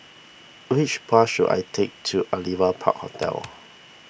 which bus should I take to Aliwal Park Hotel